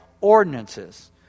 ordinances